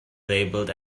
labelled